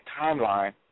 timeline